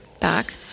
back